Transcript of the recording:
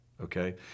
Okay